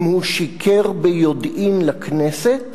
אם הוא שיקר ביודעין לכנסת